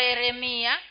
Eremia